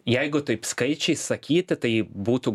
jeigu taip skaičiais sakyti tai būtų